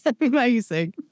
amazing